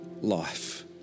life